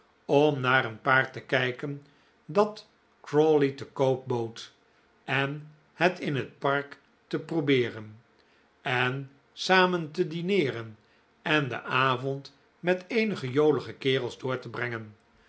om naar een paard te kijken dat crawley te koop bood en het in het park te probeeren en samen te dineeren en den avond met eenige jolige kerels door te brengen